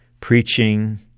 preaching